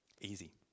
Easy